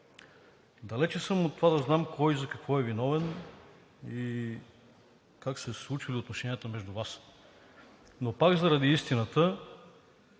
Далеч съм от това да знам кой и за какво е виновен и как са се случвали отношенията между Вас. Но пак заради истината